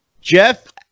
Jeff